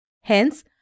Hence